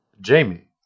Jamie